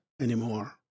anymore